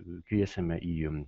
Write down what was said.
kviesime į